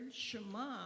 Shema